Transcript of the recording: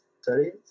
studies